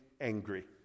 angry